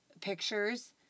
pictures